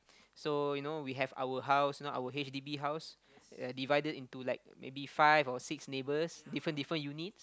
so you know we have our house you know our h_d_b house uh divided into like maybe five or six neighbours different different units